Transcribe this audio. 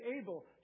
able